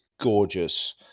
gorgeous